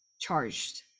charged